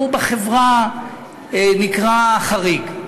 בחברה הוא נקרא חריג.